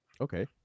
Okay